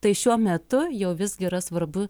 tai šiuo metu jau visgi yra svarbu